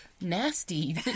nasty